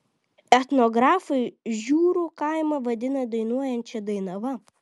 etnografai žiūrų kaimą vadina dainuojančia dainava